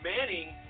Manning